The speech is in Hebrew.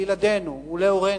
ולילדינו ולהורינו,